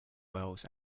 wales